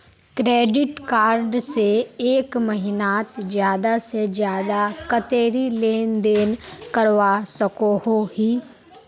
Credit card से एक महीनात ज्यादा से ज्यादा कतेरी लेन देन करवा सकोहो ही?